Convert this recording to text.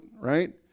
right